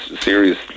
serious